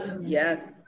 Yes